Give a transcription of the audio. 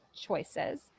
choices